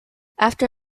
after